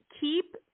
keep